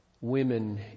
women